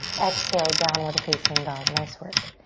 exhale, downward facing dog, nice work.